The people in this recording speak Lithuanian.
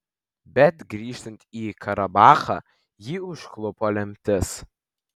bet grįžtant į karabachą jį užklupo lemtis